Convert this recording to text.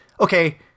okay